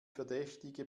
verdächtige